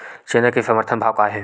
चना के समर्थन भाव का हे?